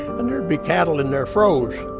and there'd be cattle in there, froze,